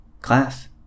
Class